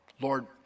Lord